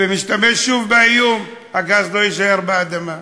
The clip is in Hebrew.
ומשתמש שם באיום: הגז לא יישאר באדמה.